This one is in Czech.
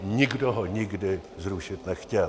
Nikdo ho nikdy zrušit nechtěl.